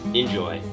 enjoy